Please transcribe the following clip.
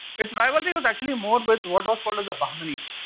its rivalry was actually more with what was called as the bahmanis.